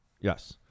yes